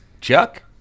chuck